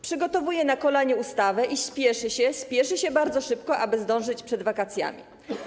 Przygotowuje na kolanie ustawę, spieszy się, robi to bardzo szybko, aby zdążyć przed wakacjami.